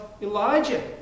Elijah